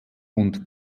und